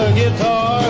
guitar